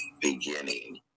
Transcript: beginning